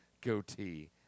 goatee